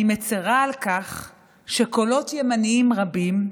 אני מצירה על כך שקולות ימניים רבים,